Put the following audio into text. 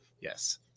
Yes